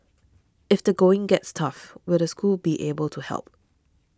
if the going gets tough will the school be able to help